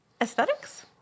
Aesthetics